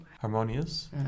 harmonious